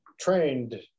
trained